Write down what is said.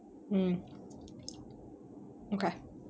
hmm okay